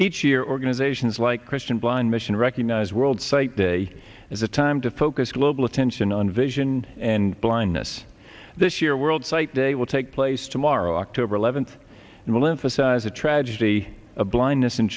each year organizations like christian blind mission recognize world site day as a time to focus global attention on vision and blindness this year world site day will take place tomorrow october eleventh and lymphocytes a tragedy of blindness in